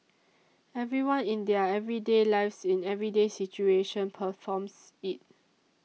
everyone in their everyday lives in everyday situation performs it